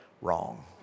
wrong